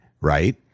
Right